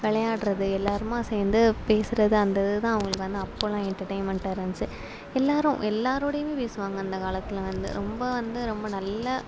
விளையாட்றது எல்லாருமாக சேர்ந்து பேசுறது அந்த இது தான் அவங்களுக்கு வந்து அப்போலாம் என்டர்டைன்மெண்ட்டாக இருந்துச்சு எல்லாரும் எல்லாரோடையுமே பேசுவாங்க அந்த காலத்தில் வந்து ரொம்ப வந்து ரொம்ப நல்ல